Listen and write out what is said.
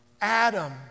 Adam